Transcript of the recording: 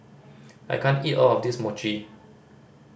I can't eat all of this Mochi